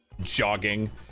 jogging